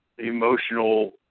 emotional